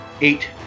eight